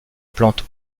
plante